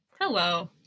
Hello